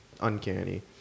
uncanny